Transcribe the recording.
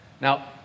Now